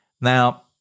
Now